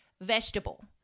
vegetable